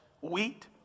wheat